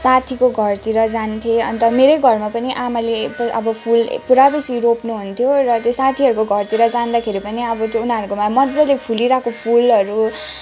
साथीको घरतिर जान्थेँ अन्त मेरै घरमा पनि आमाले अब फुल पुरा बेसी रोप्नु हुन्थ्यो र त्यो साथीहरूको घरतिर जाँदाखेरि पनि अब उनीहरूको घरतिर मज्जाले फुलिरहेको फुलहरू